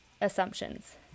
assumptions